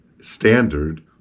standard